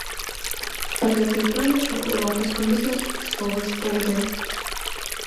apie tai praneša europos komisijos atstovai spaudai